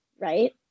right